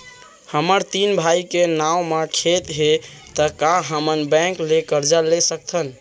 हमर तीन भाई के नाव म खेत हे त का हमन बैंक ले करजा ले सकथन?